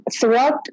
throughout